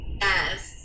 Yes